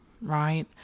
right